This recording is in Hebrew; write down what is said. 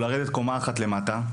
לרדת קומה אחת למטה,